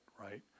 right